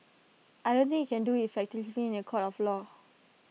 I don't think you can do effectively in A court of law